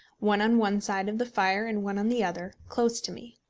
one on one side of the fire and one on the other, close to me.